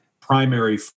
primary